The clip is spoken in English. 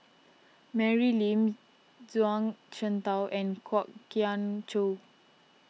Mary Lim Zhuang Shengtao and Kwok Kian Chow